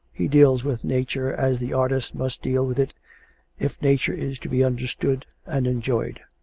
he deals with nature as the artist must deal with it if nature is to be understood and enjoyed.